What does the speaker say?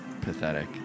pathetic